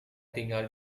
tinggal